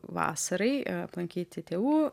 vasarai aplankyti tėvų